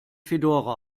fedora